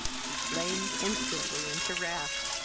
he flamed instantly into wrath.